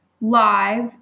live